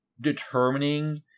determining